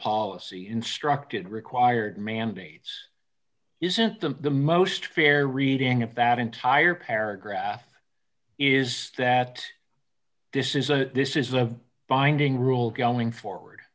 policy instructed required mandates isn't the most fair reading of that entire paragraph is that this is a this is a binding rule going forward